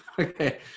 okay